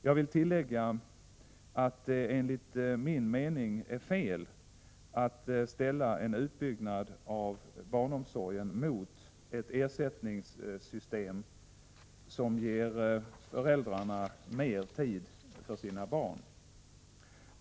Jag vill tillägga att det enligt min mening är fel att ställa en utbyggnad av barnomsorgen mot ett ersättningssystem som ger föräldrarna mer tid för sina barn.